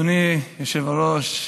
אדוני היושב-ראש,